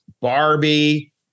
Barbie